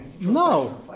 No